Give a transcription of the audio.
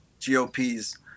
GOP's